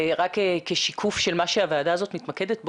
רק כשיקוף של מה שהוועדה הזו מתמקדת בו,